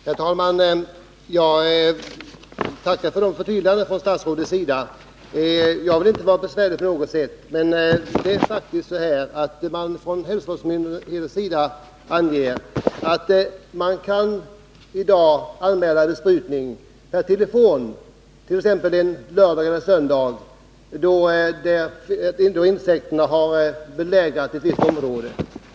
Herr talman! Jag tackar för statsrådets förtydliganden. Jag vill inte på något sätt vara besvärlig, men hälsovårdsmyndigheterna framhåller faktiskt att man i dag kan anmäla besprutning per telefon, t.ex. en lördag eller en söndag, då insekter slagit sig ned på ett visst område.